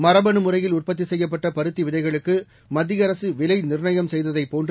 மரபனு முறையில் உற்பத்தி செய்யப்பட்ட பருத்தி விதைகளுக்கு மத்திய அரசு விலை நிர்ணயம் செய்ததைப் போன்று